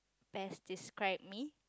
best describe me